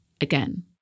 again